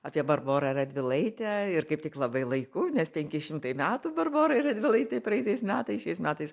apie barborą radvilaitę ir kaip tik labai laiku nes penki šimtai metų barborai radvilaitei praeitais metais šiais metais